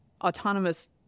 autonomous